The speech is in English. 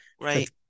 Right